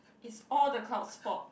is all the clouds fault